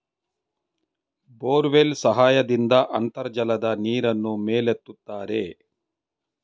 borewell ಸಹಾಯದಿಂದ ಅಂತರ್ಜಲದ ನೀರನ್ನು ಮೇಲೆತ್ತುತ್ತಾರೆ